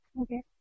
okay